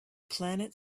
planet